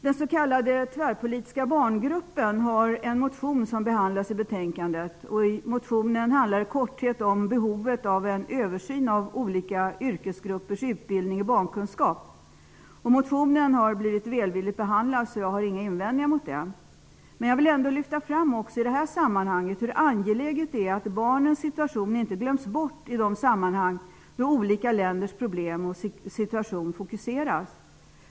Den s.k. tvärpolitiska barngruppen har väckt en motion som behandlas i betänkandet. Motionen handlar i korthet om behovet av en översyn av olika yrkesgruppers utbildning i barnkunskap. Motionen har blivit välvilligt behandlad, och jag har inga invändningar. Jag vill ändå lyfta fram det angelägna i att barnens situation inte glöms bort i de sammanhang då olika länders problem och situation fokuseras.